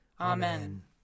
Amen